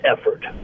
effort